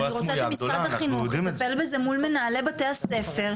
אני רוצה שמשרד החינוך יטפל בזה מול מנהלי בתי הספר,